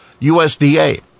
USDA